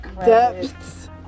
depths